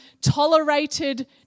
tolerated